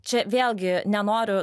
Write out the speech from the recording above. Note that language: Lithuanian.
čia vėlgi nenoriu